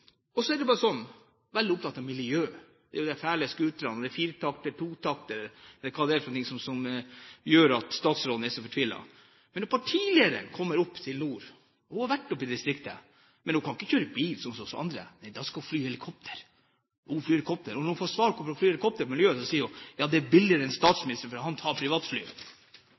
omgang. Så er det også sånn at de er veldig opptatt av miljøet. Det er de fæle scooterne – jeg vet ikke om det er firtaktere, totaktere eller hva det er som gjør at statsråden er så fortvilt. Når partilederen kommer opp i nord – hun har vært i distriktet – kan hun ikke kjøre bil sånn som oss andre. Nei, da skal hun fly i helikopter. Hun flyr helikopter. Når hun svarer på hvorfor hun flyr helikopter med tanke på miljøet, sier hun: Jeg gjør det billigere enn statsministeren, for han